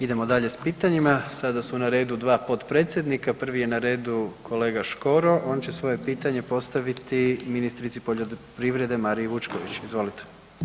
Idemo dalje s pitanjima, sada su na redu dva potpredsjednika, prvi je na redu kolega Škoro, on će svoje pitanje postaviti ministrici poljoprivrede Mariji Vučković, izvolite.